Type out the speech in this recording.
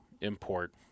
import